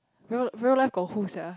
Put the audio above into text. real real life got who sia